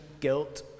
guilt